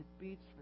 beats